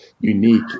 unique